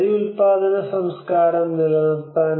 അരി ഉൽപാദന സംസ്കാരം നിലനിർത്താൻ